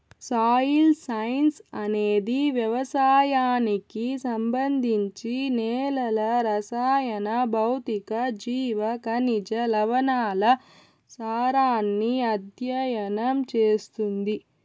soil science అనేది వ్యవసాయానికి సంబంధించి నేలల రసాయన, భౌతిక, జీవ, ఖనిజ, లవణాల సారాన్ని అధ్యయనం చేస్తుంది